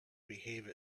behave